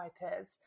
fighters